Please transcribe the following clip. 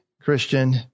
Christian